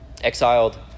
exiled